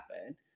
happen